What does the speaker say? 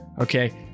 Okay